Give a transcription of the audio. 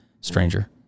Stranger